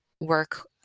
work